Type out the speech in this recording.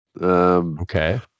okay